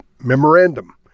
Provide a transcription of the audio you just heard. Memorandum